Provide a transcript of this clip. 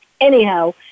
Anyhow